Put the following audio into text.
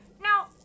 Now